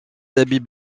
habits